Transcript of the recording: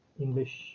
English